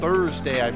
Thursday